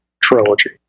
trilogy